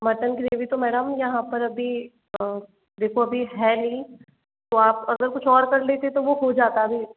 mutton gravy तो madam यहाँ पर अभी देखो अभी है नही तो आप अगर कुछ और कर लेते तो वो हो जाता अभी